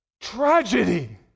tragedy